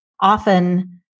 often